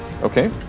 Okay